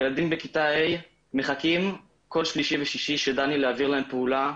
ילדים בכיתה ה' מחכים כל שלישי ושישי שדניאל יעביר להם פעולה,